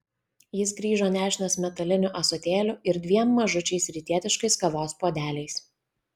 jis grįžo nešinas metaliniu ąsotėliu ir dviem mažučiais rytietiškais kavos puodeliais